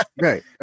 right